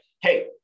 hey